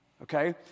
Okay